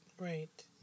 Right